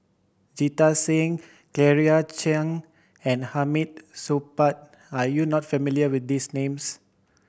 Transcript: Jita Singh Claire Chiang and Hamid Supaat are you not familiar with these names